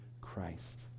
Christ